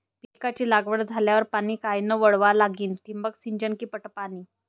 पिकाची लागवड झाल्यावर पाणी कायनं वळवा लागीन? ठिबक सिंचन की पट पाणी?